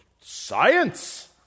science